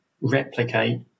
replicate